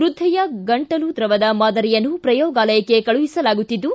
ವೃದ್ಧೆಯ ಗಂಟಲು ದ್ರವದ ಮಾದರಿಯನ್ನು ಪ್ರಯೋಗಾಲಯಕ್ಕೆ ಕಳಿಸಲಾಗುತ್ತಿದ್ದು